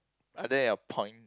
are there your point